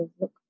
look